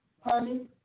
Honey